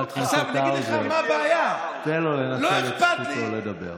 חבר הכנסת האוזר, תן לו לנצל את זכותו לדבר.